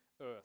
earth